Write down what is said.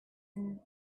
and